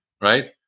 right